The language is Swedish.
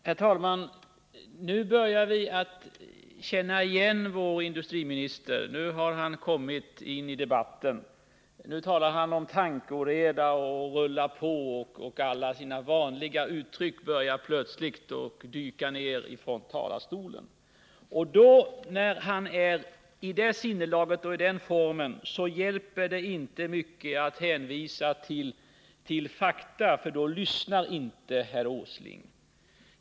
Herr talman! Nu börjar vi kunna känna igen vår industriminister. Nu har han kommit in i debatten, nu talar han om tankeoreda, och alla hans vanliga uttryck — ”rulla på” osv. — börjar plötsligt dyka upp från talarstolen. När han är i den formen hjälper det inte att hänvisa till fakta, för då lyssnar inte herr Åsling.